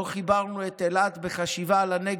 לא חיברנו את אילת בחשיבה על הנגב.